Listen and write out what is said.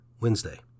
Wednesday